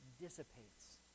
dissipates